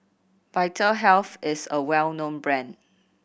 Vitahealth is a well known brand